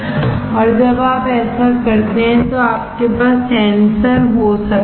और जब आप ऐसा करते हैं तो आपके पास सेंसर हो सकता है